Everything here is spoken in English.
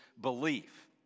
belief